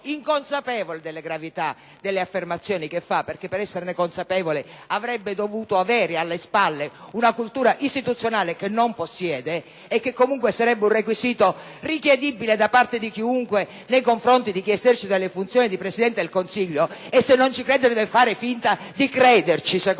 inconsapevole della gravità delle sue affermazioni (perché per esserne consapevole avrebbe dovuto avere alle spalle una cultura istituzionale che non possiede e che comunque sarebbe un requisito esigibile da parte di chiunque nei confronti di chi esercita le funzioni di Presidente del Consiglio, e se non ci crede deve almeno fare finta di crederci, secondo me),